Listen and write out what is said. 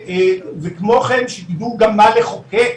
וכמו כן שתדעו גם מה לחוקק